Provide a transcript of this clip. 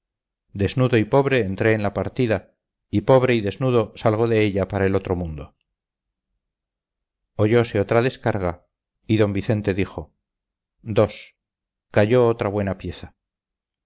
desnudo y pobre entré en la partida y pobre y desnudo salgo de ella para el otro mundo oyose otra descarga y d vicente dijo dos cayó otra buena pieza